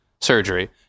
surgery